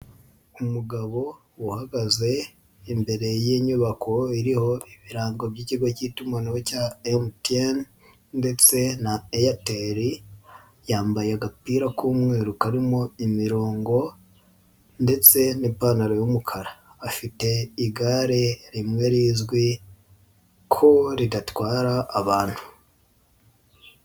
Umugabo uhagaze imbere y'inyubako iriho ibirango by'ikigo k'itumanaho cya MTN ndetse na Airtel, yambaye agapira k'umweru karimo imirongo ndetse n'ipantaro y'umukara, afite igare rimwe rizwi ko ridatwara abantu.